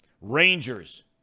Rangers